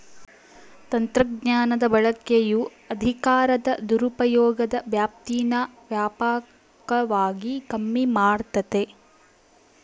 ತಂತ್ರಜ್ಞಾನದ ಬಳಕೆಯು ಅಧಿಕಾರದ ದುರುಪಯೋಗದ ವ್ಯಾಪ್ತೀನಾ ವ್ಯಾಪಕವಾಗಿ ಕಮ್ಮಿ ಮಾಡ್ತತೆ